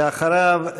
ואחריו,